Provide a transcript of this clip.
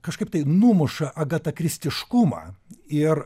kažkaip tai numuša agatakristiškumą ir